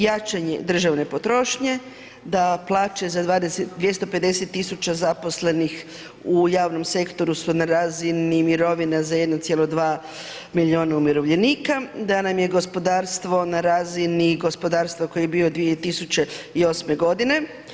Jačanje državne potrošnje da plaće za 250.000 zaposlenih u javnom sektoru su na razini mirovina za 1,2 miliona umirovljenika, da nam je gospodarstvo na razini gospodarstva koji je bio 2008. godine.